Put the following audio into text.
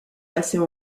passées